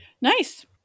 Nice